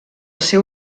seu